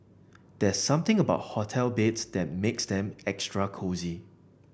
there's something about hotel beds that makes them extra cosy